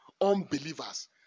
unbelievers